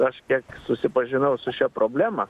aš kiek susipažinau su šia problema